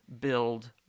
build